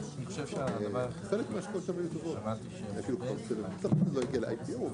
אני רוצה להקדיש את הישיבה לאלטרנטיבות למשקיעים זרים,